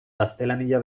gaztelania